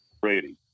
Brady